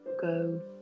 go